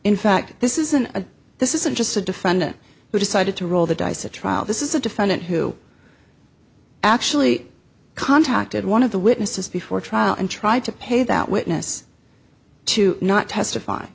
in fact this isn't a this isn't just a defendant who decided to roll the dice a trial this is a defendant who actually contacted one of the witnesses before trial and tried to pay that witness to not testify